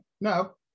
no